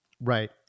Right